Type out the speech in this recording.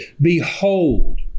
behold